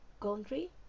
country